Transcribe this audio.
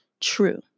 true